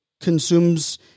consumes